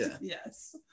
Yes